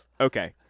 Okay